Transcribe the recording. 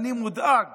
ואני מודאג